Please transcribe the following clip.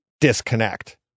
disconnect